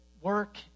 work